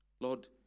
Lord